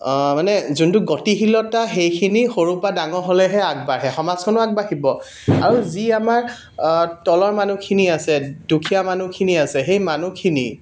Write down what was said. মানে যোনটো গতিশীলতা সেইখিনি সৰু পৰা ডাঙৰ হ'লেহে আগবাঢ়ে সমাজখনো আগবাঢ়িব আৰু যি আমাৰ তলৰ মানুহখিনি আছে দুখীয়া মানুহখিনি আছে সেই মানুহখিনি